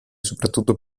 soprattutto